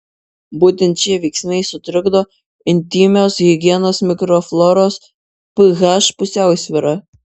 būtent šie veiksniai sutrikdo intymios higienos mikrofloros ph pusiausvyrą